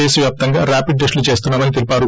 దేశ వ్యాప్తంగా ర్యాపిడ్ టెస్లులు చేస్తున్నా మని తెలిపారు